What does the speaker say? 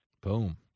Boom